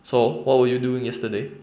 so what were you doing yesterday